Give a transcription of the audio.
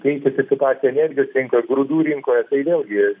keičiasi situacija energijos rinkoj grūdų rinkoje tai vėlgi